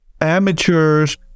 Amateurs